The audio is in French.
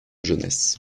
jeunesse